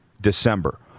December